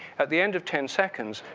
at the end of ten seconds,